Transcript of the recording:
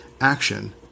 action